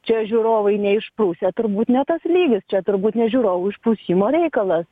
čia žiūrovai neišprusę turbūt ne tas lygis čia turbūt ne žiūrovų išprusimo reikalas